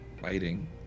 fighting